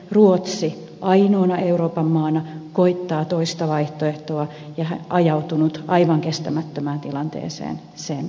ruotsi ainoana euroopan maana koettaa toista vaihtoehtoa ja on ajautunut aivan kestämättömään tilanteeseen sen suhteen